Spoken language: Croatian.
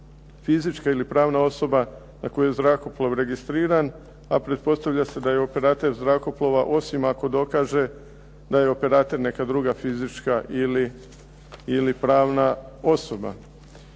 fizička ili pravna osoba na koju je zrakoplov registriran, a pretpostavlja se da je operater zrakoplova osim ako dokaže da je operater neka druga fizička ili pravna osoba.